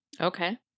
Okay